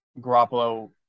Garoppolo